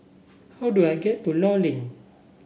how do I get to Law Link